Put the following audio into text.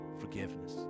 forgiveness